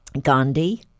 Gandhi